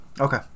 Okay